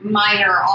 minor